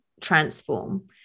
transform